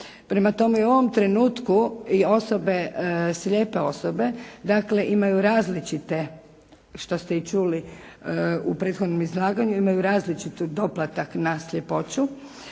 Prema tome, i u ovom trenutku i osobe, slijepe osobe dakle imaju različite što ste i čuli u prethodnom izlaganju, imaju različit doplatak na sljepoću